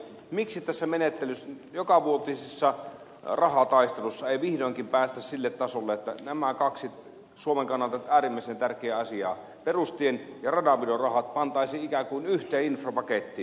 miksi tässä jokavuotisessa rahataistelussa ei vihdoinkin päästä sille tasolle että nämä kaksi suomen kannalta äärimmäisen tärkeää asiaa perustienpidon ja radanpidon rahat pantaisiin ikään kuin yhteen infrapakettiin